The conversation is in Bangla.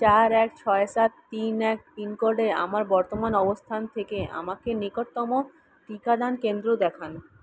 চার এক ছয় সাত তিন এক পিনকোডে আমার বর্তমান অবস্থান থেকে আমাকে নিকটতম টিকাদান কেন্দ্র দেখান